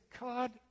God